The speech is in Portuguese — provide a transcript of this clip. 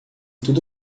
tudo